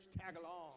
tag-along